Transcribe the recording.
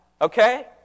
Okay